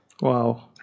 Wow